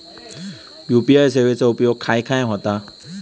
UPI सेवेचा उपयोग खाय खाय होता?